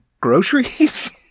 groceries